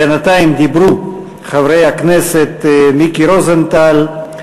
בינתיים דיברו חברי הכנסת מיקי רוזנטל,